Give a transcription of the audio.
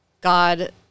God